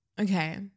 Okay